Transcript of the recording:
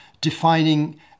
defining